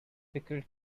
pickled